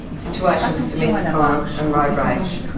situations of domestic violence and road rage.